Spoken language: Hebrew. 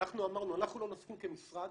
אנחנו אמרנו שאנחנו לא נסכים כמשרד,